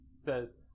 says